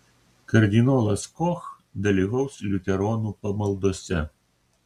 kardinolas koch dalyvaus liuteronų pamaldose